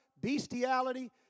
bestiality